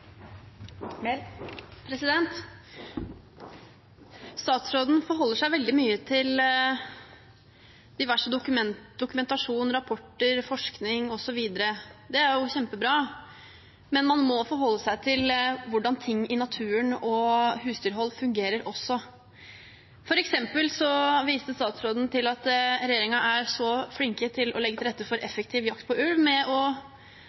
jo kjempebra, men man må også forholde seg til hvordan ting i naturen og husdyrhold fungerer. Statsråden viste f.eks. til at regjeringen er så flink til å legge til rette for effektiv jakt på ulv, ved å